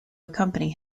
accompany